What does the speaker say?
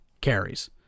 carries